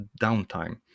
downtime